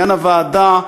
עניין הוועדה,